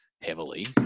heavily